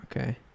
Okay